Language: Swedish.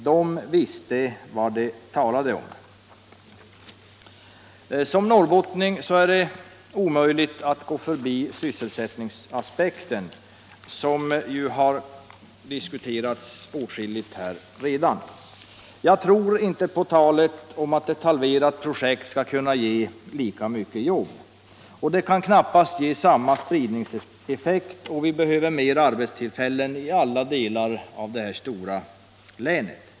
De visste vad de talade om.” Som norrbottning är det för mig omöjligt att förbigå sysselsättningsaspekten, som ju redan har diskuterats åtskilligt här. Jag tror inte på talet om att ett halverat projekt skall kunna ge lika mycket jobb. Det kan knappast heller ge samma spridningseffekt, och vi behöver fler arbetstillfällen i alla delar av det här stora länet.